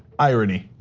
irony.